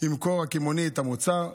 ימכור הקמעונאי את המוצר.